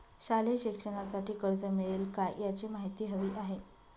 शालेय शिक्षणासाठी कर्ज मिळू शकेल काय? याची माहिती हवी आहे